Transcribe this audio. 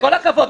תלך מכאן.